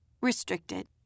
Restricted